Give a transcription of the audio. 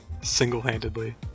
Single-handedly